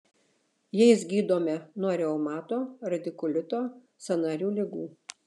jais gydome nuo reumato radikulito sąnarių ligų